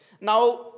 now